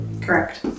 correct